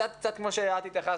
קצת קצת כמו שאת התייחסת,